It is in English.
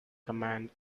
command